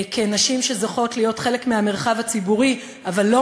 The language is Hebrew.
כנשים שזוכות להיות חלק מהמרחב הציבורי אבל לא